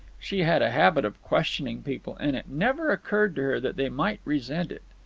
she had a habit of questioning people, and it never occurred to her that they might resent it.